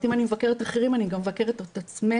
אם אני מבקרת אחרים אני גם מבקרת את עצמנו,